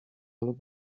lub